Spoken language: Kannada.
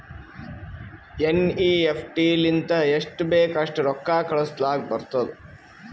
ಎನ್.ಈ.ಎಫ್.ಟಿ ಲಿಂತ ಎಸ್ಟ್ ಬೇಕ್ ಅಸ್ಟ್ ರೊಕ್ಕಾ ಕಳುಸ್ಲಾಕ್ ಬರ್ತುದ್